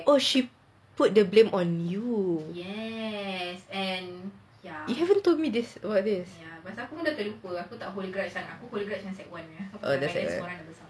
oh she put the blame on you you haven't told me this about it